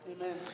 Amen